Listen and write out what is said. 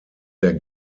der